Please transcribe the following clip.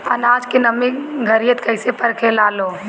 आनाज के नमी घरयीत कैसे परखे लालो?